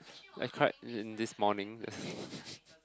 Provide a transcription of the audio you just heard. I cried in this morning that's